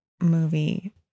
movie